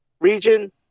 region